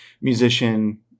Musician